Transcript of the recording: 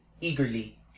eagerly